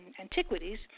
antiquities